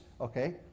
okay